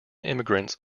immigrants